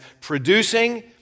producing